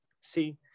see